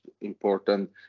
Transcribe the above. important